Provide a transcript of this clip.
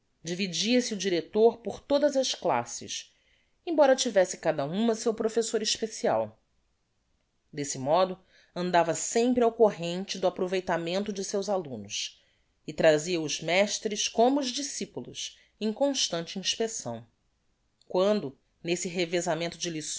dividia-se o director por todas as classes embora tivesse cada uma seu professor especial desse modo andava sempre ao corrente do aproveitamento de seus alumnos e trazia os mestres como os discipulos em constante inspecção quando nesse revesamento de